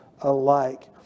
alike